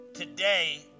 today